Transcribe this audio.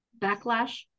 backlash